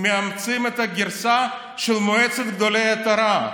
מאמצים את הגרסה של מועצת גדולי התורה,